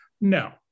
No